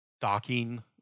docking